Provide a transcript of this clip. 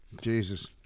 Jesus